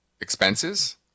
expenses